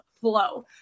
flow